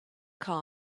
car